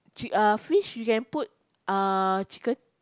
chic~ uh fish you can put ah chicken